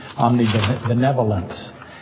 omnibenevolence